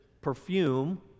perfume